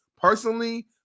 personally